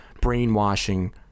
brainwashing